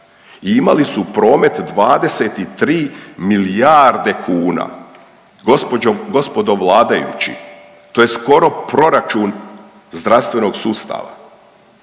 imali su promet 23 milijarde kuna. Gospođo, gospodo vladajući to je skoro proračun zdravstvenog sustava.